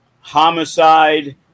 Homicide